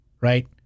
right